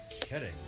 kidding